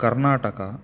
Karnataka